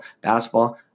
basketball